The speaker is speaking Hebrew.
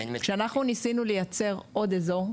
כשאנחנו ניסינו לייצר עוד אזור,